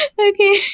Okay